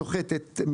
שוחטת,